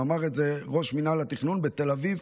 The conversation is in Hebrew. אמר את זה ראש מינהל התכנון בתל אביב.